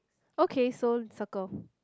okay so circle